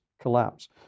collapse